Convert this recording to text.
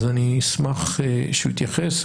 אז אני אשמח שהוא יתייחס.